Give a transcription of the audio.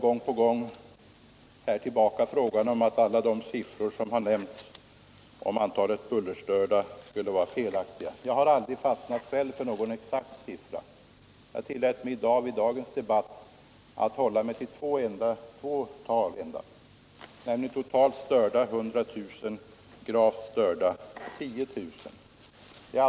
Gång på gång återkommer påståendet att alla de siffror som har nämnts om antalet bullerstörda skulle vara felaktiga. Jag har själv aldrig fastnat för någon exakt siffra. Jag tillät mig i dagens debatt att hålla mig till endast två tal, nämligen totalt störda 100 000 och gravt störda 10 000.